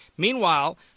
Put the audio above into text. Meanwhile